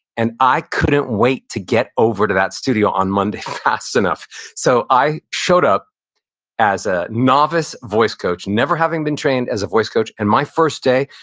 and i couldn't wait to get over to that studio on monday fast enough so i showed up as a novice voice coach, never having been trained as a voice coach, and my first day,